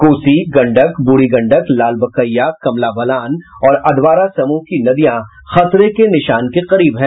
कोसी गंडक बूढ़ी गडक लालबकिया कमला बलान और अधवारा समूह की नदियां खतरे के निशान के करीब है